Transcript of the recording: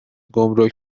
گمرگ